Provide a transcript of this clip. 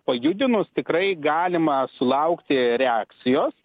pajudinus tikrai galima sulaukti reakcijos